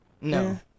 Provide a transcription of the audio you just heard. No